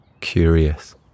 Curious